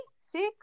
six